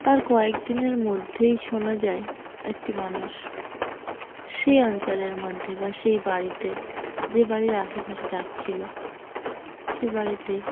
তার কয়েক দিনের মধ্যেই শোনা যায় একটি মানুষ সেই অঞ্চলের মধ্যে বা সেই বাড়িতে যে বাড়ির আশেপাশে ডাকছিল সে বাড়িতেই